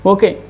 Okay